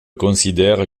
considère